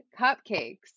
cupcakes